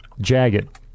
Jagged